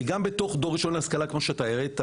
כי גם בתוך דור ראשון להשכלה כמו שהראית,